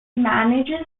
manages